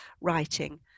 writing